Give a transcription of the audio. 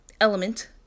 element